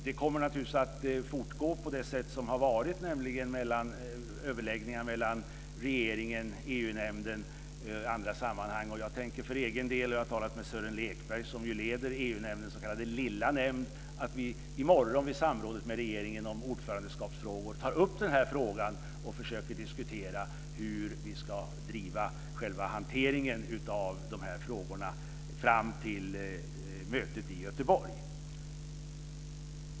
Den kommer naturligtvis att fortgå på det sätt som har varit, med överläggningar med regeringen i EU nämnden och andra sammanhang. Jag har talat med Sören Lekberg, som leder EU-nämndens s.k. lilla nämnd, om att vi i morgon vid samrådet med regeringen om ordförandeskapsfrågor ska ta upp den här frågan och försöka diskutera hur vi ska driva själva hanteringen av de här frågorna fram till mötet i Göteborg.